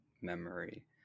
memory